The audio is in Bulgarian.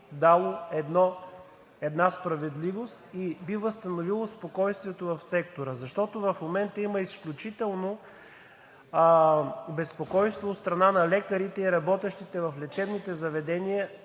дало една справедливост и би възстановило спокойствието в сектора, защото в момента има изключително безпокойство от страна на лекарите и на работещите в лечебните заведения,